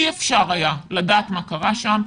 אי אפשר היה לדעת מה קרה שם,